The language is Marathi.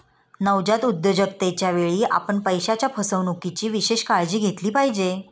नवजात उद्योजकतेच्या वेळी, आपण पैशाच्या फसवणुकीची विशेष काळजी घेतली पाहिजे